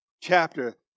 chapter